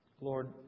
Lord